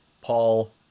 Paul